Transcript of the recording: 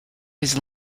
his